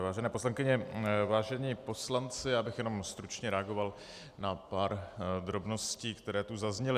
Vážené poslankyně, vážení poslanci, já bych jenom stručně reagoval na pár drobností, které tu zazněly.